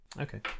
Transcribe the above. Okay